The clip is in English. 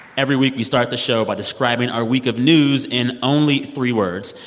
every week, we start the show by describing our week of news in only three words.